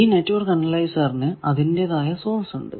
ഈ നെറ്റ്വർക്ക് അനലൈസറിനു അതിന്റെതായ സോഴ്സ് ഉണ്ട്